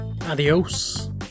Adios